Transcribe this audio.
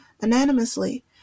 anonymously